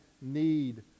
need